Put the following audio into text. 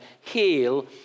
heal